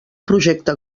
projecte